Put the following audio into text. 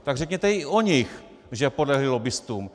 Tak řekněte i o nich, že podlehli lobbistům.